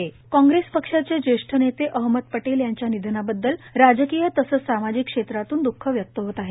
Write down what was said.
अहमद पटेल निधन काँग्रेस पक्षाचे ज्येष्ठ नेते अहमद पटेल यांच्या निधनाबददल राजकीय तसंच सामाजिक क्षेत्रातून दुःख व्यक्त होत आहे